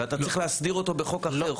ואתה צריך להסדיר אותו בחוק אחר.